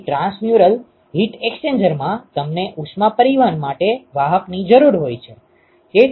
તેથી transmural heat એક્સ્ચેન્જરમાં તમને ઉષ્મા પરિવહન માટે વાહકની જરૂર હોય છે